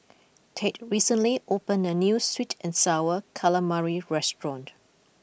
Tate recently opened a new Sweet and Sour Calamari restaurant